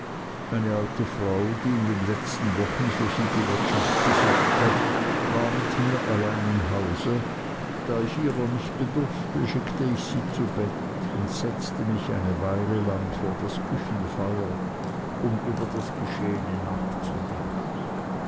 eine alte frau die in den letzten wochen für sie die wirtschaft besorgte war mit mir allein im hause da ich ihrer nicht bedurfte schickte ich sie zu bett und setzte mich eine weile lang vor das küchenfeuer um über das geschehene nachzudenken